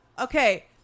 Okay